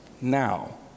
now